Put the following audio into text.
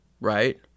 right